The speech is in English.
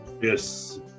Yes